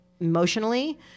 emotionally